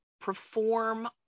perform